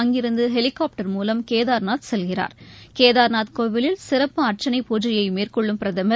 அங்கிருந்துஹெலிகாப்டர் மூலம் கேதர்நாத் செல்கிறார் கேதார்நாத் கோவிலில் சிறப்பு அர்ச்சனை பூஜையைமேற்கொள்ளும் பிரதமர்